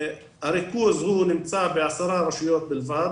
הריכוז הוא נמצא בעשרה רשויות בלבד,